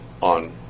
on